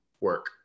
work